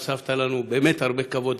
הוספת לנו באמת הרבה כבוד,